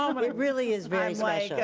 um but it really is very